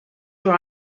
door